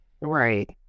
Right